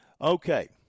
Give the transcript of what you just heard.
Okay